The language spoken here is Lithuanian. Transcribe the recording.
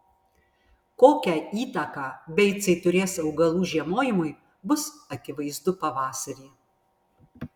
kokią įtaką beicai turės augalų žiemojimui bus akivaizdu pavasarį